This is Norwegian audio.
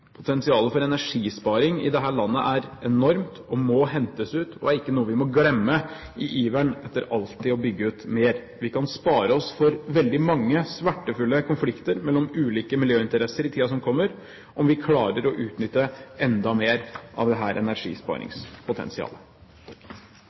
Potensialet for energisparing i dette landet er enormt og må hentes ut, og er ikke noe vi må glemme i iveren etter alltid å bygge ut mer. Vi kan spare oss for veldig mange smertefulle konflikter mellom ulike miljøinteresser i tiden som kommer, om vi klarer å utnytte enda mer av dette energisparingspotensialet. Det